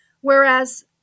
Whereas